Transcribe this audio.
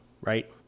right